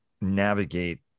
navigate